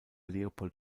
leopold